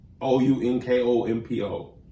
O-U-N-K-O-M-P-O